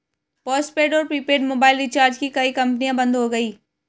postpaid और prepaid mobile recharge की कई कंपनियां बंद हो गई